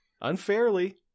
Unfairly